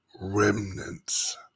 remnants